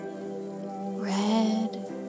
Red